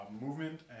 movement